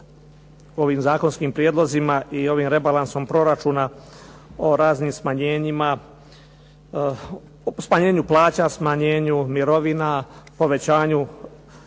ovim zakonskim prijedlozima i ovim rebalansom proračuna o raznim smanjenjima, smanjenju plaća, smanjenju mirovina, povećanju